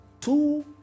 two